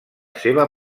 seva